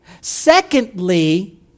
Secondly